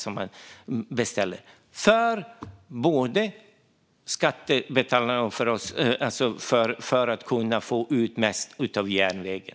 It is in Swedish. Det handlar både om omsorg om skattebetalarna och om att få ut det mesta av järnvägen.